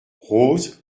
rose